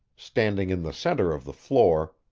standing in the center of the floor,